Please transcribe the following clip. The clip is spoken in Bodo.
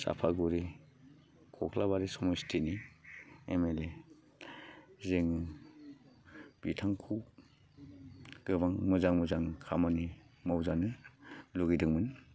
साफागुरि खख्लाबारि समस्थिनि एम एल ए जोङो बिथांखौ गोबां मोजां मोजां खामानि मावजानो लुबैदोंमोन